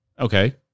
Okay